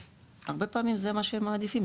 והרבה פעמים זה מה שהם מעדיפים,